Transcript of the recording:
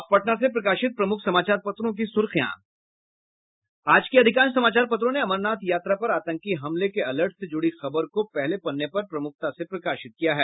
अब पटना से प्रकाशित प्रमुख समाचार पत्रों की सुर्खियां आज के अधिकांश समाचार पत्रों ने अमरनाथ यात्रा पर आतंकी हमले के अलर्ट से जुड़ी खबरों को पहले पन्ने पर प्रमुखता से प्रकाशित किया है